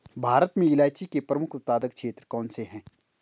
भारत में इलायची के प्रमुख उत्पादक क्षेत्र कौन से हैं?